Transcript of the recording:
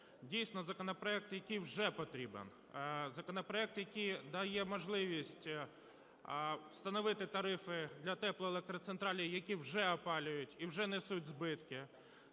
Дійсно, законопроект, який вже потрібен, законопроект, який дає можливість встановити тарифи для теплоелектроцентралей, які вже опалюють і вже несуть збитки.